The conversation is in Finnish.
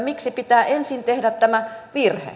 miksi pitää ensin tehdä tämä virhe